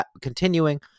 continuing